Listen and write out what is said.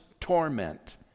torment